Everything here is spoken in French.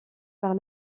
par